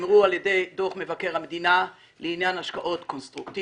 שנאמרו על ידי דוח מבקר המדינה לעניין השקעות קונסטרוקטיביות,